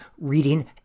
reading